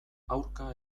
aurka